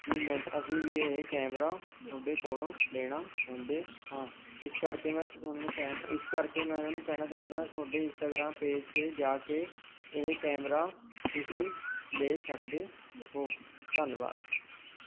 ਕਿ ਮੈਂ ਅਸੀਂ ਵੀ ਇਹ ਕੈਮਰਾ ਤੁਹਾਡੇ ਕੋਲ਼ੋਂ ਲੈਣਾ ਚਾਹੁੰਦੇ ਹਾਂ ਇਸ ਕਰਕੇ ਮੈਂ ਤੁਹਾਨੂੰ ਕਹਿ ਇਸ ਕਰਕੇ ਮੈਂ ਉਨ੍ਹਾਂ ਨੂੰ ਕਹਿਣਾ ਚਾਹੁੰਦਾ ਹਾਂ ਤੁਹਾਡੇ ਇੰਸਟਾਗ੍ਰਾਮ ਪੇਜ 'ਤੇ ਜਾ ਕੇ ਇਹ ਕੈਮਰਾ ਤੁਸੀਂ ਲੈ ਸਕਦੇ ਹੋ ਧੰਨਵਾਦ